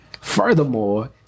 Furthermore